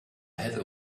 heather